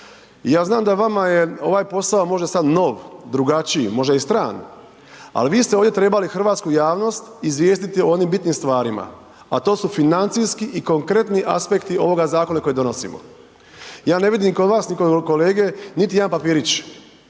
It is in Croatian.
ja znam da vama je ovaj posao možda sad nov, drugačiji, možda i stran ali vi ste ovdje trebali hrvatsku javnost izvijestiti o onim bitnim stvarima, a to su financijski i konkretni aspekti ovoga zakona koji donosimo. Ja ne vidim ni kod vas, niti kod kolege niti jedan papirić,